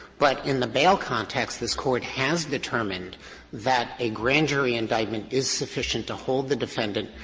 but in the bail context, this court has determined that a grand jury indictment is sufficient to hold the defendant.